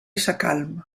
sacalm